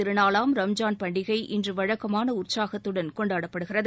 திருநாளாம் ரம்ஜான் பண்டிகை இன்று வழக்கமான உற்சாகத்துடன் ஈகைத் கொண்டாடப்படுகிறது